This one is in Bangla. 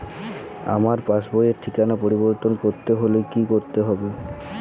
আমার পাসবই র ঠিকানা পরিবর্তন করতে হলে কী করতে হবে?